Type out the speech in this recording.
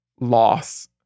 loss